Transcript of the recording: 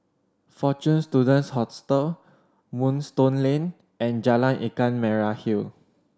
Fortune Students Hostel Moonstone Lane and Jalan Ikan Merah Hill